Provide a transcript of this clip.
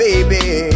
Baby